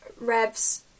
Rev's